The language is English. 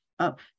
up